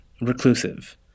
reclusive